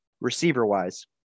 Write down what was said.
receiver-wise